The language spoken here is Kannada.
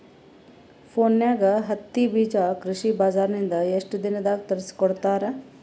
ಫೋನ್ಯಾಗ ಹತ್ತಿ ಬೀಜಾ ಕೃಷಿ ಬಜಾರ ನಿಂದ ಎಷ್ಟ ದಿನದಾಗ ತರಸಿಕೋಡತಾರ?